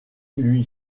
lui